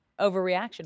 overreaction